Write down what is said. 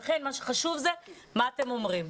ולכן מה שחשוב זה מה שאתם אומרים.